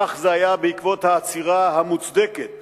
כך זה היה בעקבות העצירה המוצדקת